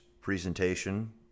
presentation